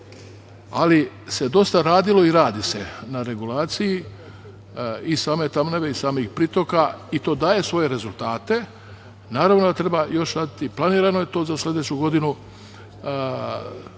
se radilo i radi se na regulaciji i same Tamnave i pritoka i to daje svoje rezultate. Naravno da treba još raditi. Planirano je to za sledeću godinu.